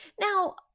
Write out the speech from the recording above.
Now